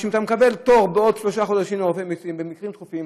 משום שאתה מקבל פטור בעוד שלושה חודשים לרופא במקרים דחופים,